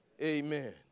Amen